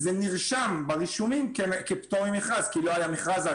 זה נרשם ברישומים כפטור ממכרז, כי לא היה מכרז.